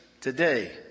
today